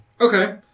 Okay